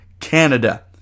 Canada